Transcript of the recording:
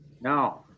Now